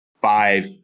five